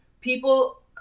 people